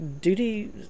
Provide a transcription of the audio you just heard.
duty